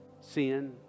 sin